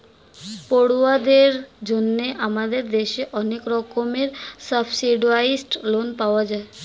পড়ুয়াদের জন্য আমাদের দেশে অনেক রকমের সাবসিডাইস্ড্ লোন পাওয়া যায়